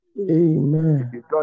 Amen